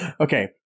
okay